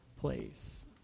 place